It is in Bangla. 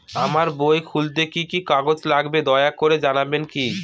আমার বই খুলতে কি কি কাগজ লাগবে দয়া করে জানাবেন কি?